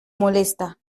molesta